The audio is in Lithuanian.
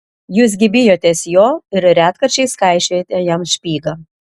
jūs gi bijotės jo ir retkarčiais kaišiojate jam špygą